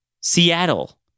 Seattle